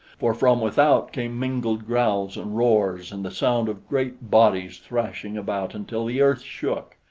for from without came mingled growls and roars and the sound of great bodies thrashing about until the earth shook.